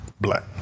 black